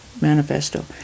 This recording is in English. Manifesto